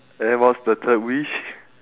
then what's the third wish